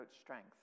strength